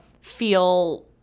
feel